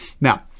Now